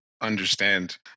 understand